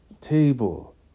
table